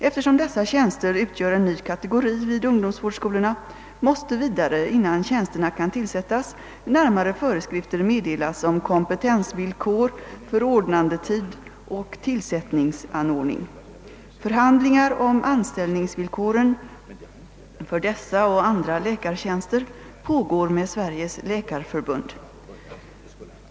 Eftersom dessa tjänster utgör en ny kategori vid ungdomsvårdsskolorna, måste vidare, innan tjänsterna kan tillsättas, närmare föreskrifter meddelas om kompetensvillkor, förordnandetid och tillsättningsordning. Förhandlingar om anställningsvillkoren för dessa och andra läkartjänster pågår med Sveriges läkarförbund.